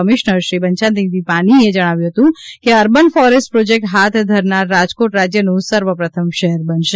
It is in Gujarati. કમિશનર શ્રી બંછાનિધિ પાનીએ જણાવ્યું હતું કે અર્બન ફોરેસ્ટ પ્રોજેક્ટ હાથ ધરનાર રાજકોટ રાજ્યનું સર્વપ્રથમ શહેર બનશે